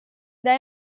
dai